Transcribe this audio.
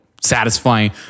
satisfying